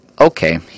okay